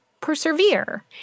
persevere